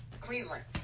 Cleveland